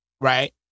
Right